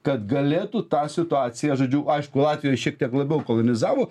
kad galėtų tą situaciją žodžiu aišku latvijoj šiek tiek labiau kolonizavo